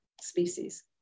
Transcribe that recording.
species